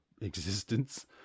existence